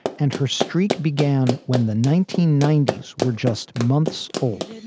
and her streak began when the nineteen ninety s were just months old